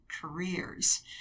careers